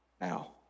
Now